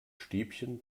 stäbchen